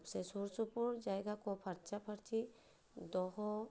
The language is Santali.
ᱥᱮ ᱥᱩᱨ ᱥᱩᱯᱩᱨ ᱡᱟᱭᱜᱟ ᱠᱚ ᱯᱷᱟᱨᱪᱟ ᱯᱷᱟᱹᱨᱪᱤ ᱫᱚᱦᱚ